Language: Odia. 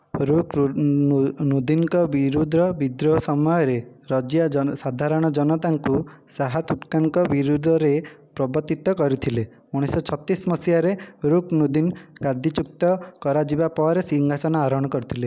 ରୁକ୍ନୁଦ୍ଦିନ୍ଙ୍କ ବିରୁଦ୍ଧ ବିଦ୍ରୋହ ସମୟରେ ରଜିଆ ସାଧାରଣ ଜନତାଙ୍କୁ ଶାହା ତୁର୍କାନ୍ଙ୍କ ବିରୋଧରେ ପ୍ରବର୍ତ୍ତିତ କରିଥିଲେ ଏବଂ ଉଣେଇଶ ଶହ ଛତିଶ ମସିହାରେ ରୁକ୍ନୁଦ୍ଦିନ୍ ଗାଦିଚ୍ୟୁତ କରାଯିବା ପରେ ସିଂହାସନ ଆରୋହଣ କରିଥିଲେ